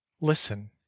listen